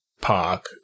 park